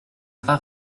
pas